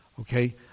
Okay